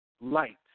light